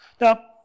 Now